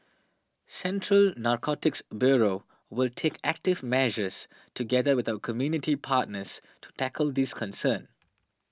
Central Narcotics Bureau will take active measures together with our community partners to tackle this concern